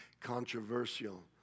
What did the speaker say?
controversial